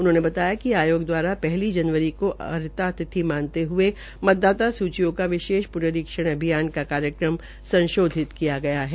उन्होंने बताया कि आयोग दवारा पहली जनवरी को अहत्ता तिथि मानते हथे मतदाता सूचियों का विशेष प्नरीक्षण अभियान का कार्यक्रम संशोध्न किया गया है